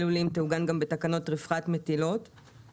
לולים תעוגן גם בתקנות רווחת מטילות.